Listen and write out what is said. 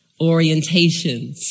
orientations